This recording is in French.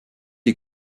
est